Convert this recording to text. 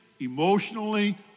emotionally